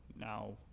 Now